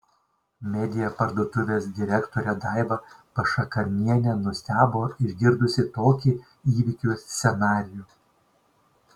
media parduotuvės direktorė daiva pašakarnienė nustebo išgirdusi tokį įvykių scenarijų